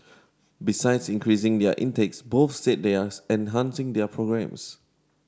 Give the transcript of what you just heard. besides increasing their intakes both said they are enhancing their programmes